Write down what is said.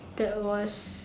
that was